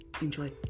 Enjoy